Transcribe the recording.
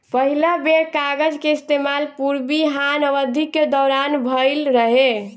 पहिला बेर कागज के इस्तेमाल पूर्वी हान अवधि के दौरान भईल रहे